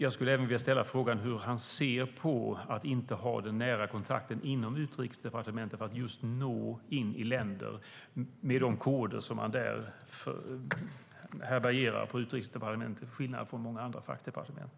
Jag skulle även vilja ställa frågan hur Mikael Damberg ser på att inte ha den nära kontakten inom Utrikesdepartementet, som kan nå in i länder med de koder som departementet härbärgerar, till skillnad från många andra fackdepartement.